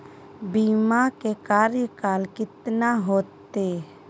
बीमा के कार्यकाल कितना होते?